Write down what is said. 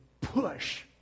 push